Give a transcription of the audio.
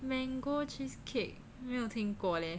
mango cheesecake 没有听过 leh